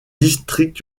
district